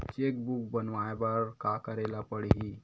Cheque book बनवाय बर का करे ल पड़हि?